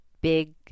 big